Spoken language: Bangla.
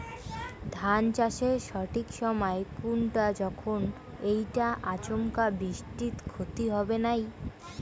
ধান চাষের সঠিক সময় কুনটা যখন এইটা আচমকা বৃষ্টিত ক্ষতি হবে নাই?